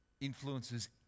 influences